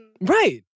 Right